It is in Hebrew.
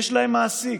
יש להם מעסיק.